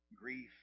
grief